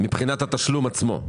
מבחינת התשלום עצמו.